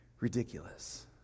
ridiculous